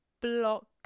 Block